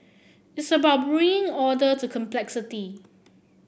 it's about bringing order to complexity